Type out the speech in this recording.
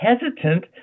hesitant